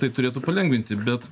tai turėtų palengvinti bet